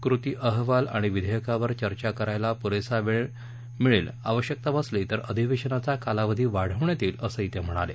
कृती अहवाल आणि विधेयकावर चर्चा करायला पुरेसा वेळ मिळेल आवश्यकता भासली तर अधिवेशनाचा कालावधी वाढवण्यात येईल असं ते म्हणाले